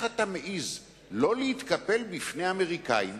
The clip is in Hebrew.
אתה מעז שלא להתקפל בפני האמריקנים,